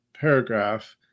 paragraph